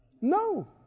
no